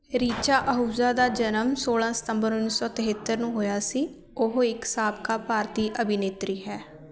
ਰਿਚਾ ਆਹੂਜਾ ਦਾ ਜਨਮ ਸੋਲ੍ਹਾਂ ਸਤੰਬਰ ਉੱਨੀ ਸੌ ਤੇਹੱਤਰ ਨੂੰ ਹੋਇਆ ਸੀ ਉਹ ਇੱਕ ਸਾਬਕਾ ਭਾਰਤੀ ਅਭਿਨੇਤਰੀ ਹੈ